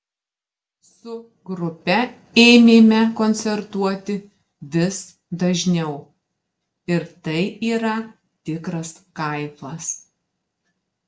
su grupe ėmėme koncertuoti vis dažniau ir tai yra tikras kaifas